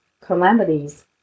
Calamities